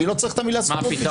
אני לא צריך את המילה סבירות.